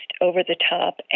over-the-top